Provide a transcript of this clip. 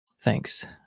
Thanks